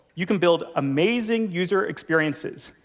you can build amazing user experiences.